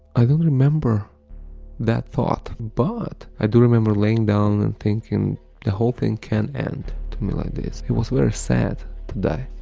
i don't remember that thought, but i do remember laying down and thinking that the whole thing can't end to me like this, it was very sad to die,